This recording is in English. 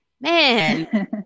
man